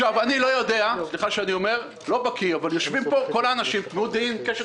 אני לא בקיא אבל יושבים פה אנשים מקשת